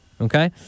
okay